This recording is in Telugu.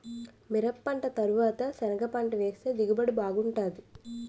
మిరపపంట తరవాత సెనగపంట వేస్తె దిగుబడి బాగుంటాది